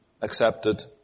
accepted